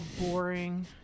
boring